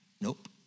nope